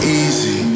easy